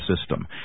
system